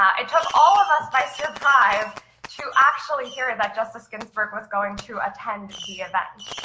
ah it took all of us by surprise to actually hear that justice ginsburg was going to attend the event.